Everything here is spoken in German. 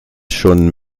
schon